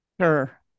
Sure